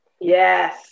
Yes